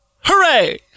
hooray